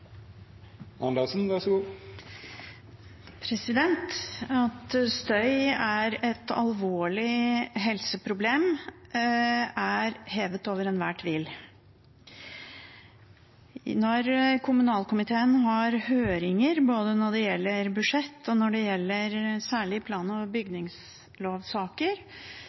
At støy er et alvorlig helseproblem, er hevet over enhver tvil. Når kommunalkomiteen har høringer, både i budsjett- og særlig i plan- og bygningslovssaker, er det